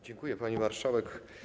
Dziękuję, pani marszałek.